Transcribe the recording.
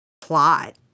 plot